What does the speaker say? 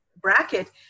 bracket